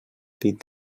pit